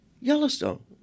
Yellowstone